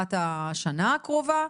לקראת השנה הקרובה.